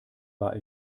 war